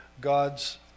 God's